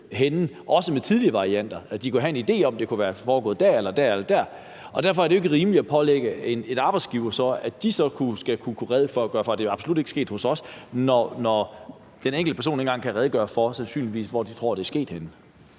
også med tidlige varianter. De kunne have en idé om, at det kunne være sket der eller der, og derfor er det jo ikke rimeligt at pålægge arbejdsgivere, at de så skal kunne redegøre for, at det absolut ikke er sket hos dem, når den enkelte person sandsynligvis ikke engang kan redegøre for, hvor vedkommende tror det er sket henne.